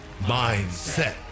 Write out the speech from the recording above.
Mindset